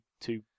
two